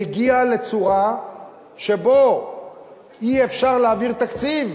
הגיע לצורה שבה אי-אפשר להעביר תקציב.